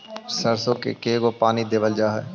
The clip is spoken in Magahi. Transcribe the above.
सरसों में के गो पानी देबल जा है?